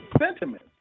sentiment